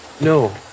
No